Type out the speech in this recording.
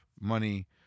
money